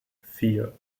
vier